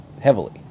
heavily